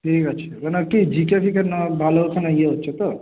ঠিক আছে মানে একটু জিকে ফিকে না ভালো ইয়ে হচ্ছে তো